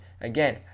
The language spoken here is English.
Again